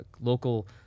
local